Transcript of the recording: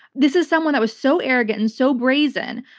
this is someone that was so arrogant and so brazen.